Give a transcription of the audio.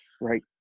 Right